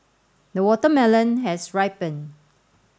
the watermelon has ripened